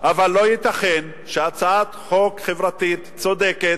אבל לא ייתכן שהצעת חוק חברתית, צודקת,